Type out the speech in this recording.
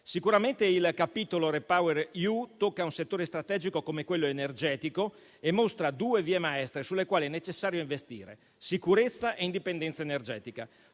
Sicuramente il capitolo REPowerEU tocca un settore strategico come quello energetico e mostra due vie maestre sulle quali è necessario investire: sicurezza e indipendenza energetica,